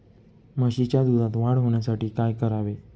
म्हशीच्या दुधात वाढ होण्यासाठी काय करावे?